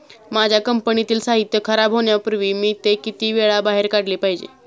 माझ्या कंपनीतील साहित्य खराब होण्यापूर्वी मी ते किती वेळा बाहेर काढले पाहिजे?